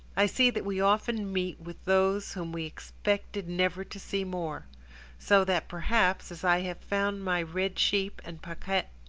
i see that we often meet with those whom we expected never to see more so that, perhaps, as i have found my red sheep and paquette,